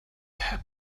help